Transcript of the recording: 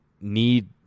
need